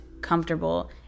comfortable